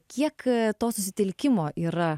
kiek to susitelkimo yra